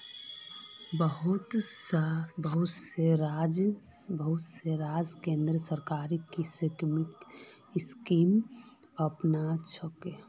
बहुत सब राज्य केंद्र सरकारेर स्कीमक अपनाछेक